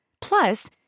Plus